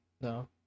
No